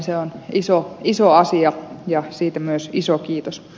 se on iso asia ja siitä myös iso kiitos